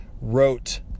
wrote